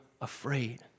afraid